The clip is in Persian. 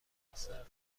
موثر